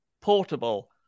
portable